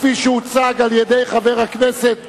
כפי שהוצגה על-ידי חבר הכנסת הורוביץ.